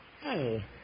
Hey